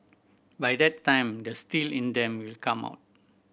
by that time the steel in them will come out